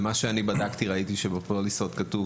ממה שאני בדקתי ראיתי שבפוליסות כתוב